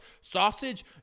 sausage